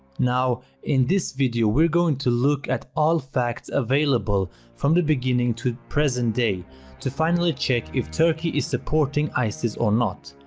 now, in this video we are going to look at all the facts available from the beginning to present day to finally check if turkey is supporting isis or not.